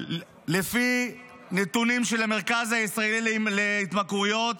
לפי נתונים של המרכז הישראלי להתמכרויות,